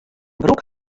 broek